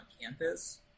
campus